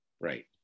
right